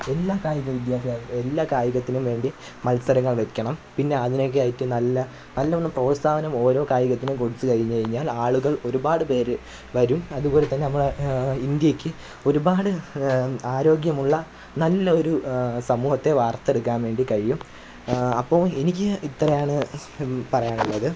എല്ലാം കായിക വിദ്യാഭ്യാ എല്ലാ കായികത്തിനും വേണ്ടി മത്സരങ്ങൾ വെക്കണം പിന്നെ അതിനൊക്കായിട്ട് നല്ല നല്ലവണ്ണം പ്രോത്സാഹനം ഓരോ കായികത്തിനും കൊടുത്തു കഴിഞ്ഞു കഴിഞ്ഞാൽ ആളുകൾ ഒരുപാട് പേരു വരും അതുപോലെത്തന്നെ നമ്മളുടെ ഇന്ത്യക്ക് ഒരുപാട് ആരോഗ്യമുള്ള നല്ലൊരു സമൂഹത്തെ വാർത്തെടുക്കാൻ വേണ്ടി കഴിയും അപ്പോൾ എനിക്ക് ഇത്രയാണ് പറയാനുള്ളത്